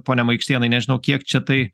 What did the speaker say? pone maikštėnai nežinau kiek čia tai